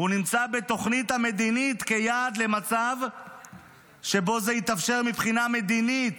"הוא נמצא בתוכנית המדינית כיעד למצב שבו זה יתאפשר מבחינה מדינית,